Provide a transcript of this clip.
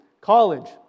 college